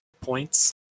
points